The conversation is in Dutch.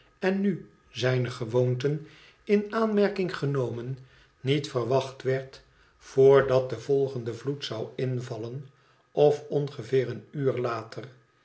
en nu zijne gewoonten in aanmerking genomen niet verwacht werd vrdat de volgende vloed zou invallen of ongeveer een uur later